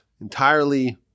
entirely